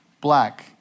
black